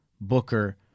Booker